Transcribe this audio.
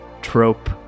trope